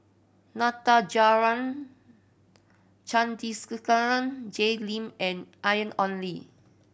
Natajaran Jay Lim and Ong Li